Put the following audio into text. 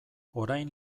orain